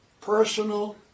personal